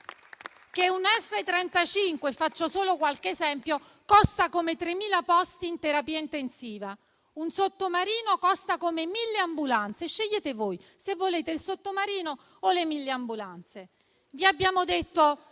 che un F35 (faccio solo qualche esempio) costa come 3.000 posti in terapia intensiva, un sottomarino come 1.000 ambulanze. Scegliete voi se volete il sottomarino o le 1.000 ambulanze. Vi abbiamo detto